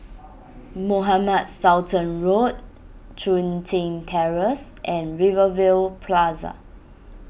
Mohamed Sultan Road Chun Tin Terrace and Rivervale Plaza